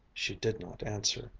she did not answer.